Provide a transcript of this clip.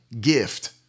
gift